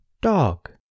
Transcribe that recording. dog